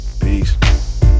peace